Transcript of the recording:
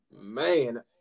Man